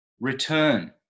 Return